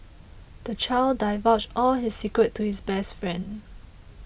the child divulged all his secrets to his best friend